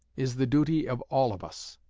is the duty of all of us.